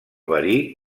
verí